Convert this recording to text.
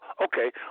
Okay